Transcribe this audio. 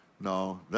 No